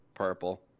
Purple